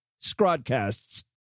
Scrodcasts